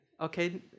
Okay